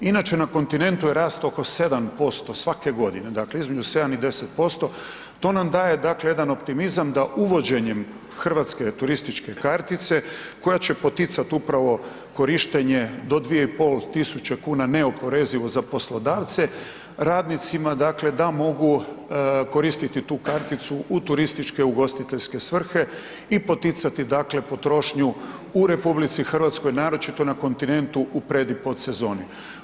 Inače na kontinentu je rast oko 7% svake godine, dakle između 7 i 10%, to nam daje jedan optimizam da uvođenjem Hrvatske turističke kartice koja će poticati upravo korištenje do 2.500 kuna neoporezivo za poslodavce radnicima da mogu koristiti tu karticu u turističke ugostiteljske svrhe i poticati potrošnju u RH, naročito na kontinentu u pred i pod sezoni.